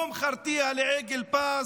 / לא מכרתיה לעגל פז.